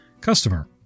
Customer